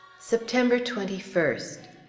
september twenty first.